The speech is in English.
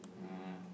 uh